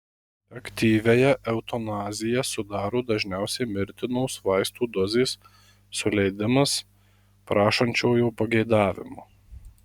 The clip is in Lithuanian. aktyviąją eutanaziją sudaro dažniausiai mirtinos vaistų dozės suleidimas prašančiojo pageidavimu